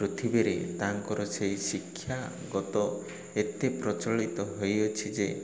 ପୃଥିବୀରେ ତାଙ୍କର ସେହି ଶିକ୍ଷାଗତ ଏତେ ପ୍ରଚଳିତ ହୋଇଅଛି ଯେ